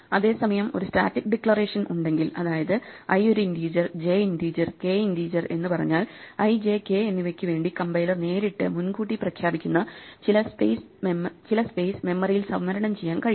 അതേസമയം ഒരു static declaration ഉണ്ടെങ്കിൽ അതായത് i ഒരു ഇന്റിജർ ജെ ഇന്റിജർകെ ഇന്റിജർ എന്നു പറഞ്ഞാൽ ഐജെ കെ എന്നിവക്ക് വേണ്ടി കമ്പൈലർ നേരിട്ട് മുൻകൂട്ടി പ്രഖ്യാപിക്കുന്ന ചില സ്പേസ് മെമ്മറിയിൽ സംവരണം ചെയ്യാൻ കഴിയും